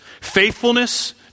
faithfulness